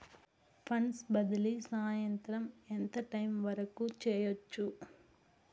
funds బదిలీ సాయంత్రం ఎంత టైము వరకు చేయొచ్చు